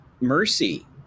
mercy